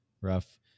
rough